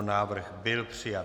Návrh byl přijat.